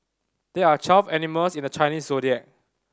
there are twelve animals in the Chinese Zodiac